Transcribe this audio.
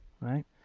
right